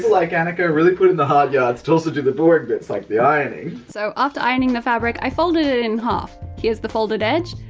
like and annika really put in the hard yards to also do the boring bits like the ironing. so after ironing the fabric, i folded it in half. here's the folded edge,